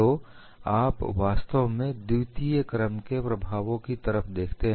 तो आप वास्तव में द्वितीय क्रम के प्रभावों की तरफ देखते हैं